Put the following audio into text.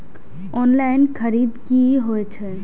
Online खरीद की होए छै?